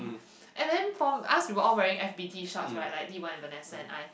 and then for us we were all wearing F_B_T shorts right like Li-wen Vanessa and I